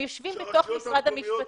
הם יושבים בתוך משרד המשפטים.